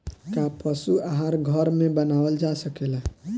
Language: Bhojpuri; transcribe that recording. का पशु आहार घर में बनावल जा सकेला?